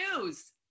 news